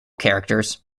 characters